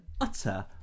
utter